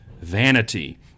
vanity